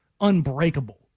unbreakable